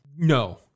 No